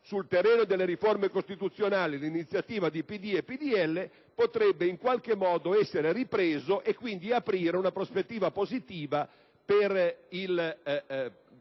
sul terreno delle riforme costituzionali di iniziativa del PD e del PdL - potrebbe in qualche modo essere ripreso e si potrebbe quindi aprire una prospettiva positiva per il